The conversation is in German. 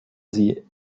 sie